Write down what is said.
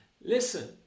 listen